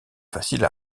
facile